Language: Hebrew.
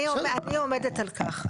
אני עומדת על כך.